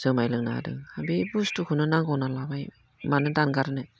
जुमाय लोंना हादों बे बुस्थुखौनो नांगौ होनना लाबाय मानो दानगारनो